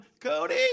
Cody